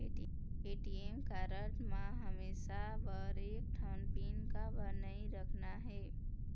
ATM card म हमेशा बर एक ठन पिन काबर नई रखना हे?